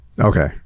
okay